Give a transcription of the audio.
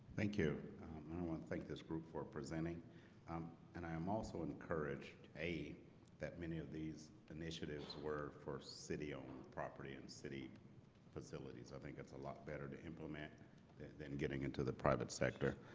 thank you you know i think this group for presenting um and i am also encouraged a that many of these initiatives were for city-owned property and city facilities. i think it's a lot better to implement than getting into the private sector.